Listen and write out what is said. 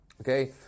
Okay